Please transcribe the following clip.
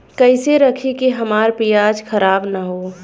कइसे रखी कि हमार प्याज खराब न हो?